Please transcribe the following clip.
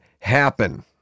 happen